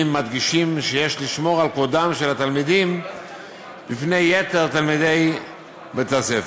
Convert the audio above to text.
מדגישים שיש לשמור על כבודם של התלמידים בפני יתר תלמידי בית-הספר.